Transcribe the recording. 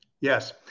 Yes